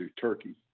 Turkey